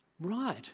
right